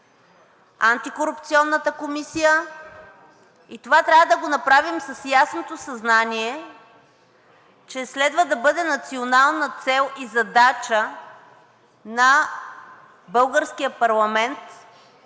антикорупционната комисия. Това трябва да го направим с ясното съзнание, че следва да бъде национална цел и задача на българския парламент